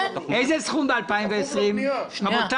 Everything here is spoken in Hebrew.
זה כפוף לבנייה.